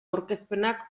aurkezpenak